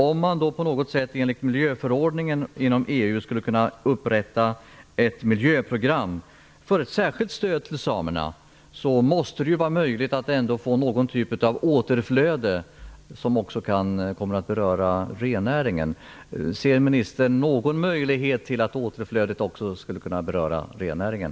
Om man enligt miljöförordningen inom EU skulle kunna upprätta ett miljöprogram för ett särskilt stöd till samerna, måste det vara möjligt att få någon typ av återflöde som kan komma att beröra rennäringen. Ser ministern någon möjlighet till att återflödet skulle kunna beröra också rennäringen?